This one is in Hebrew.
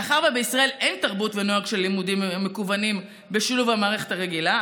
מאחר שבישראל אין תרבות ונוהג של לימודים מקוונים בשילוב המערכת הרגילה,